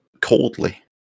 coldly